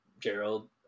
Gerald